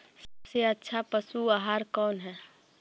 सबसे अच्छा पशु आहार कौन है?